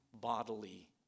bodily